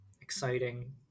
exciting